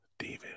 David